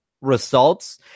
results